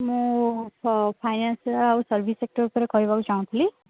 ମୁଁ ଫାଇନାନ୍ସର ଆଉ ସର୍ଭିସ୍ ସେକ୍ଟର୍ ଉପରେ କହିବାକୁ ଚାହୁଁଥିଲି